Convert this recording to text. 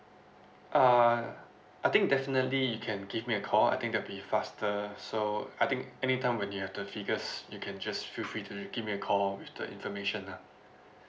uh I think definitely you can give me a call I think that'll be faster so I think anytime when you have the figures you can just feel free to give me a call with the information lah